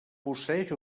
posseeix